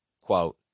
Quote